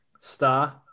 Star